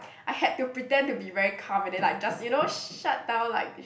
I had to pretend to be very calm and then like just you know shut down like